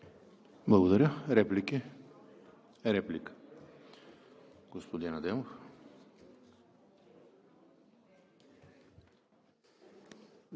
Благодаря. Реплики? Реплика – господин Адемов,